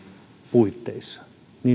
puitteissa